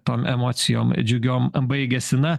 tom emocijom džiugiom am baigėsi na